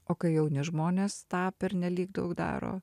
o kai jauni žmonės tą pernelyg daug daro